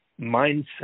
mindset